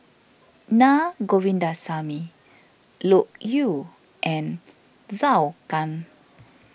Naa Govindasamy Loke Yew and Zhou Can